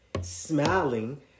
smiling